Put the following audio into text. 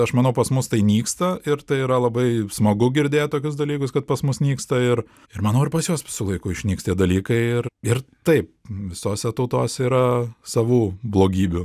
aš manau pas mus tai nyksta ir tai yra labai smagu girdėt tokius dalykus kad pas mus nyksta ir ir manau ir pas juos su laiku išnyks tie dalykai ir ir taip visose tautose yra savų blogybių